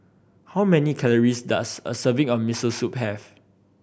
how many calories does a serving of Miso Soup have